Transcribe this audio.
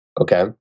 Okay